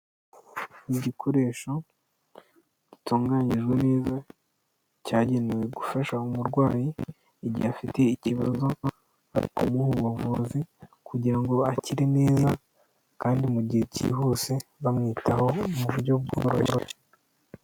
Ni igikoresho gitunganijwe neza, cyagenewe gufasha umurwayi igihe afite ikibazo, bari kumuha ubuvuzi, kugira ngo akire neza kandi mu gihe cyihuse bamwitaho mu buryo bworoshye.